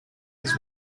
his